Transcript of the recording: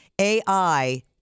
AI